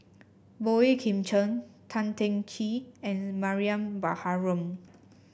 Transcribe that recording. Boey Kim Cheng Tan Teng Kee and Mariam Baharom